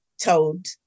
told